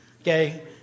Okay